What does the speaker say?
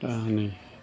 दा हनै